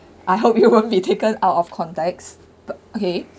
I hope it won't be taken out of context but okay